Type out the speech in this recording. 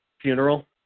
funeral